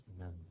Amen